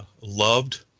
loved